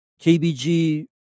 KBG